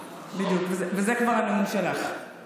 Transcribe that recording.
בדיוק, וזה כבר הנאום שלך.